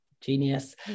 genius